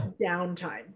downtime